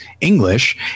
English